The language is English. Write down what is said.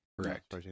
Correct